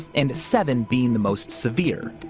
and seven being the most severe.